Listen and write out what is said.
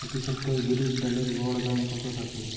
প্রতি সপ্তাহে বিরির ডালের গড় দাম কত থাকে?